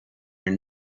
your